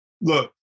Look